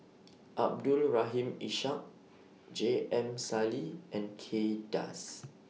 Abdul Rahim Ishak J M Sali and Kay Das